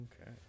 Okay